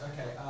okay